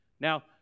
Now